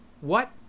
What